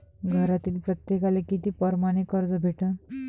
घरातील प्रत्येकाले किती परमाने कर्ज भेटन?